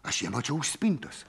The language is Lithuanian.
aš ją mačiau už spintos